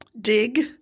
Dig